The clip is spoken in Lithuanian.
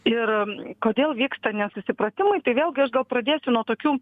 ir kodėl vyksta nesusipratimai tai vėlgi aš gal pradėsiu nuo tokių